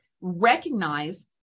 recognize